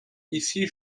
ici